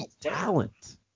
talent